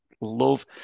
love